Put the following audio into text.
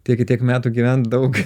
tiek i tiek metų gyvent daug